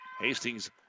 Hastings